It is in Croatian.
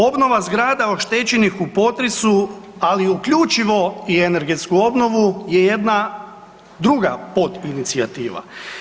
Obnova zgrada oštećenih u potresu, ali uključivo i energetsku obnovu je jedna druga podinicijativa.